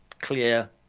clear